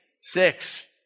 six